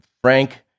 frank